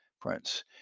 Prince